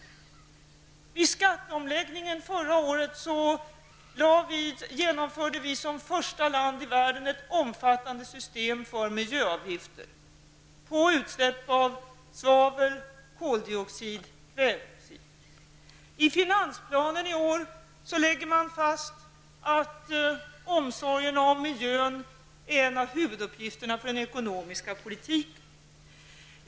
I samband med skatteomläggningen förra året genomförde vi som första land i världen ett omfattande system för miljöavgifter på utsläpp av svavel, koldioxid och kvävedioxid. I finansplanen i år lägger regeringen fast att omsorgen om miljön är en av huvuduppgifterna för den ekonomiska politiken.